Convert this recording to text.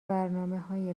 برنامههای